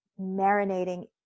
marinating